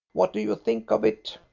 what do you think of it?